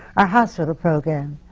our hospital program,